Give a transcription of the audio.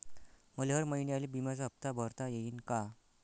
मले हर महिन्याले बिम्याचा हप्ता भरता येईन का?